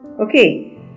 Okay